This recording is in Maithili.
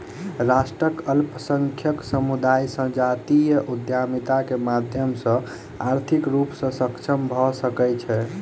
राष्ट्रक अल्पसंख्यक समुदाय संजातीय उद्यमिता के माध्यम सॅ आर्थिक रूप सॅ सक्षम भ सकै छै